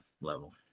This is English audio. level